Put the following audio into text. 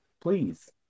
Please